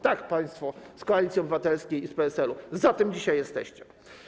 Tak, państwo z Koalicji Obywatelskiej i z PSL-u, za tym dzisiaj jesteście.